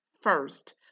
first